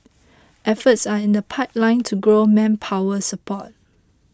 efforts are in the pipeline to grow manpower support